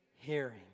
hearing